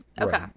Okay